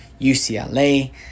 UCLA